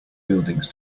buildings